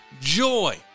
joy